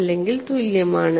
അല്ലെങ്കിൽ തുല്യമാണ്